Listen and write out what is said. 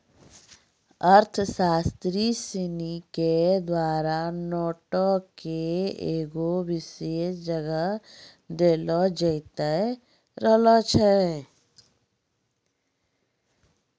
अर्थशास्त्री सिनी के द्वारा नोटो के एगो विशेष जगह देलो जैते रहलो छै